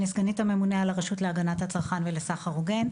אני סגנית הממונה על הרשות להגנת הצרכן ולסחר הוגן.